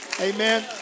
Amen